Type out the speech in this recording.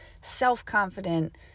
self-confident